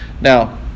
now